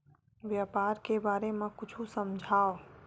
व्यापार के बारे म कुछु समझाव?